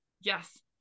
Yes